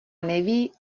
neví